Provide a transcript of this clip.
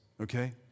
Okay